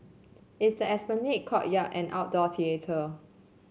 it's the Esplanade courtyard and outdoor theatre